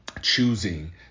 choosing